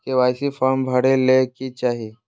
KYC form भरे ले कि चाही?